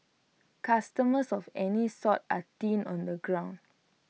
customers of any sort are thin on the ground